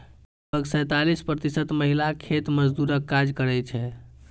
लगभग सैंतालिस प्रतिशत महिला खेत मजदूरक काज करै छै